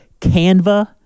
Canva